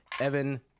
Evan